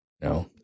no